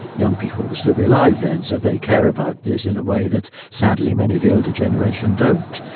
young people will still be alive then so they care about this in a way that sadly many of the older generation don't.